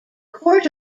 court